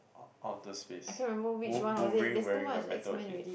out~ outer space wolve~ Wolverine wearing the metal head